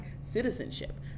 citizenship